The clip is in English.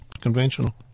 conventional